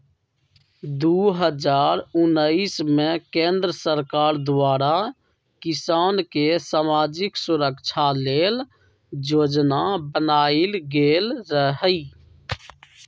दू हज़ार उनइस में केंद्र सरकार द्वारा किसान के समाजिक सुरक्षा लेल जोजना बनाएल गेल रहई